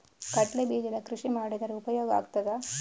ಕಡ್ಲೆ ಬೀಜದ ಕೃಷಿ ಮಾಡಿದರೆ ಉಪಯೋಗ ಆಗುತ್ತದಾ?